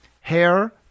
hair